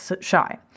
shy